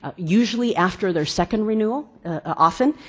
ah usually after their second renewal often,